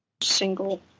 single